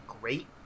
great